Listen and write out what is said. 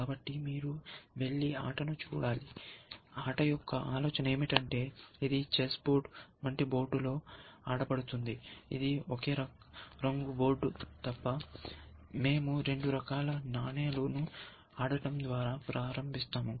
కాబట్టి మీరు వెళ్లి ఆట ను చూడాలి ఆట యొక్క ఆలోచన ఏమిటంటే ఇది చెస్ బోర్డు వంటి బోర్డు లో ఆడబడుతుంది అది ఒకే రంగు బోర్డు తప్ప మేము రెండు రకాల నాణేల ను ఆడటం ద్వారా ప్రారంభిస్తాము